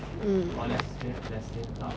mm